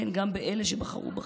כן, גם באלה שבחרו בכם,